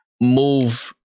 move